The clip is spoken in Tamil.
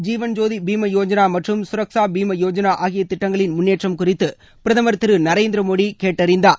ஜீவன்ஜோதி பீமா யோஜனா மற்றும் சுரக்ஷா பீமா யோஜனா ஆகிய திட்டங்களின் முன்னேற்றம் குறித்து பிரதமர் திரு நரேந்திரமோடி கேட்டறிந்தார்